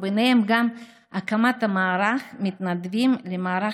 וביניהם גם הקמת מערך מתנדבים למען